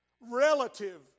relative